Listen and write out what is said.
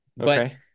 Okay